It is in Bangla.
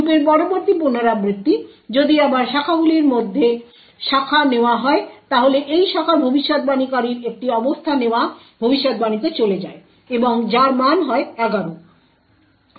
লুপের পরবর্তী পুনরাবৃত্তি যদি আবার শাখাগুলির মধ্যে শাখা নেওয়া হয় তাহলে এই শাখার ভবিষ্যদ্বাণীকারীর একটি অবস্থা নেওয়া ভবিষ্যদ্বাণীতে চলে যায় এবং যার মান হয় 11